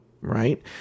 right